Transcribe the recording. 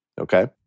Okay